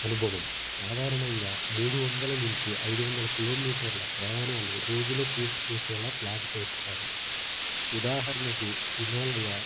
అనుభవం సాధారణంగా మూడు వందల నుంచి ఐదు వందల కిలోమీటర్ల ప్రయాణాలు రోజులో పూర్తి చేసేలా ప్లాన్ చేశారు ఉదాహరణకు హిమాలయ